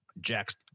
Jack's